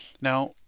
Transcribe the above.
Now